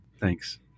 Thanks